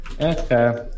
Okay